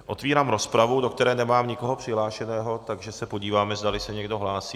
Otevírám rozpravu, do které nemám nikoho přihlášeného, takže se podívám, zdali se někdo hlásí.